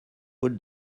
put